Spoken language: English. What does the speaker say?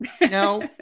Now